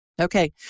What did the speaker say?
Okay